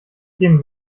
geben